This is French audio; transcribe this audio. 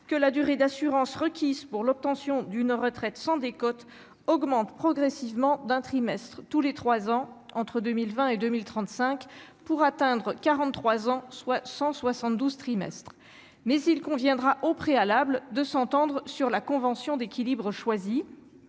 que la durée d'assurance requise pour l'obtention d'une retraite sans décote. Augmente progressivement d'un trimestre tous les 3 ans entre 2020 et 2035 pour atteindre 43 ans, soit 172 trimestres, mais il conviendra au préalable de s'entendre sur la convention d'équilibres choisi